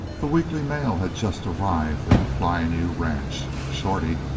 the weekly mail had just arrived at the flying u ranch. shorty,